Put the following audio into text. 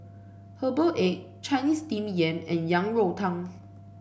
Herbal Egg Chinese Steamed Yam and Yang Rou Tang